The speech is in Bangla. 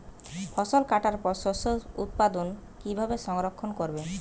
ফসল কাটার পর শস্য উৎপাদন কিভাবে সংরক্ষণ করবেন?